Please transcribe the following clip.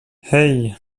hey